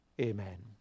Amen